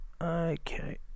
Okay